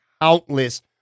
countless